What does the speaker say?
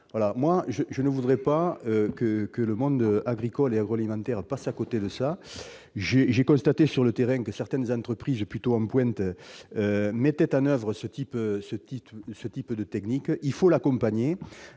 Je ne voudrais pas que le monde agricole et agroalimentaire passe à côté de cette technologie. J'ai constaté sur le terrain que certaines entreprises en pointe mettaient en oeuvre ce type de technique, qu'il convient d'accompagner.